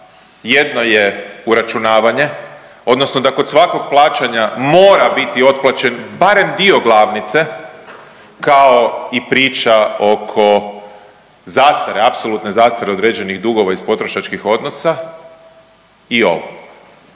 Jedno je uračunavanje odnosno da kod svakog plaćanja mora biti otplaćen barem dio glavnice kao i priča oko zastare, apsolutne zastare određenih dugova iz potrošačkih odnosa i ovo.